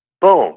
Boom